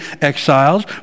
exiles